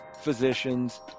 physicians